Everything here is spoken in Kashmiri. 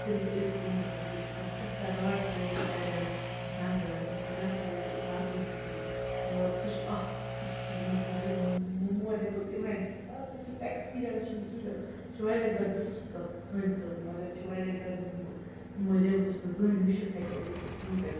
تٔمِس ٲسۍ یِم تِم شِستر راڈ ترٲیِتھ نَرٮ۪ن زنٛٛگَن یَپٲرۍ گَردِنۍ کِنۍ مطلب سُہ چھُ اَکھ یُس یہِ مطلب یہِ میموریبل اِوٮ۪نٛٹ مطلب سُہ چھُ نہٕ ایٚکسپیٖریَنس چھُنہٕ کِہیٖنۍ تہ نہ یہِ چھُ واریاہ زیادٕ دُکھی کَتھ سانہِ خٲطرٕ مگر چھِ واریاہ زیادٕ میموریبل یُس نہٕ زٕہٕنۍ مُشِد ہیٚکہِ اَسہ گٔژھِتھ کِہیٖنۍ تہِ نہٕ